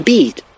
Beat